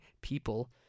people